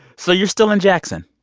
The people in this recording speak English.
so you're still in jackson?